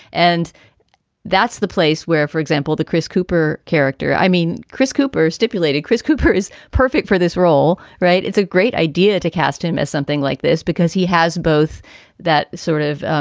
and that's the place where, for example, the chris cooper. character, i mean, chris cooper stipulated chris cooper is perfect for this role, right? it's a great idea to cast him as something like this because he has both that sort of,